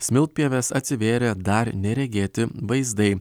smiltpievės atsivėrė dar neregėti vaizdai